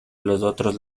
otros